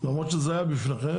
למרות שזה היה בפניכם,